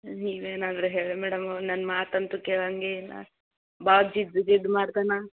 ನೀವೇ ಏನಾದರು ಹೇಳಿ ಮೇಡಮ್ ಅವ್ನು ನನ್ನ ಮಾತಂತು ಕೆಳೋಂಗೆ ಇಲ್ಲ ಭಾಳ ಜಿದ್ದು ಜಿದ್ದು ಮಾಡ್ತಾನೆ